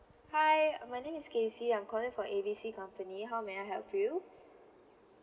hi my name is casey I'm calling from A B C company how may I help you